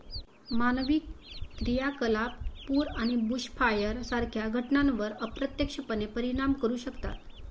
मानवी क्रियाकलाप पूर आणि बुशफायर सारख्या घटनांवर अप्रत्यक्षपणे परिणाम करू शकतात